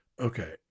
okay